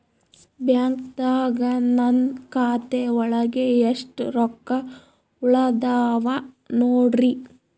ಬ್ಯಾಂಕ್ದಾಗ ನನ್ ಖಾತೆ ಒಳಗೆ ಎಷ್ಟ್ ರೊಕ್ಕ ಉಳದಾವ ನೋಡ್ರಿ?